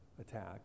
attack